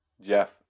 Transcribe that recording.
Jeff